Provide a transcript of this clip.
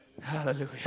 Hallelujah